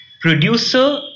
Producer